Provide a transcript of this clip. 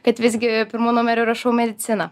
kad visgi pirmu numeriu rašau mediciną